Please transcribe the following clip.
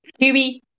QB